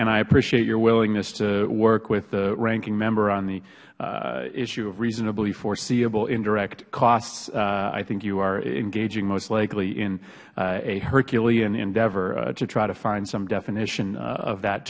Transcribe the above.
and i appreciate your willingness to work with the ranking member on the issue of reasonably foreseeable indirect costs i think you are engaging most likely in a herculean endeavor to try to find some definition of that